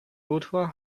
lothar